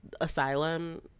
asylum